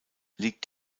liegt